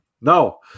No